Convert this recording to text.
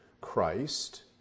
Christ